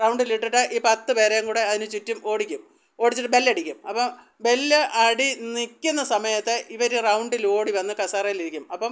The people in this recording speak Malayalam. റൗണ്ടിലിട്ടിട്ട് ഈ പത്തു പേരേയും കൂടി അതിന് ചുറ്റും ഓടിക്കും ഓടിച്ചിട്ട് ബെല്ലടിക്കും അപ്പം ബെല്ല് അടി നിൽക്കുന്ന സമയത്ത് ഇവർ റൗണ്ടിലോടി വന്ന് കസേരയിലിരിക്കും അപ്പം